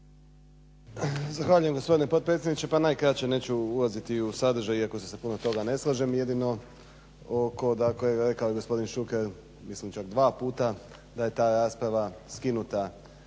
Zahvaljujem gospodine potpredsjedniče. Pa najkraće, neću ulaziti u sadržaj iako se sa puno toga ne slažem, jedino oko dakle rekao je gospodin Šuker mislim čak dva puta da je ta rasprava skinuta